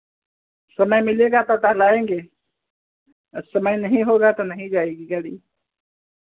समय मिलेगा तो टहलाएंगे अब समय नहीं होगा तो नहीं जाएगी गाड़ी